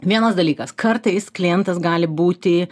vienas dalykas kartais klientas gali būti